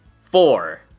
four